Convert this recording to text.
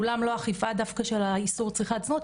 אולם לאו דווקא אכיפה של איסור צריכת זנות,